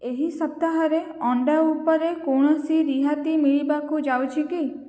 ଏହି ସପ୍ତାହରେ ଅଣ୍ଡା ଉପରେ କୌଣସି ରିହାତି ମିଳିବାକୁ ଯାଉଛି କି